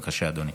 בבקשה, אדוני.